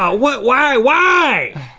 why, why!